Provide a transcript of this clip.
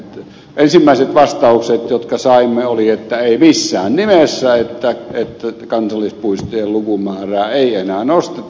ensimmäiset vastaukset jotka saimme olivat että ei missään nimessä että kansallispuistojen lukumäärää ei enää nosteta